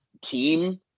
team